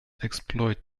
exploit